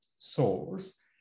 source